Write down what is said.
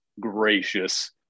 gracious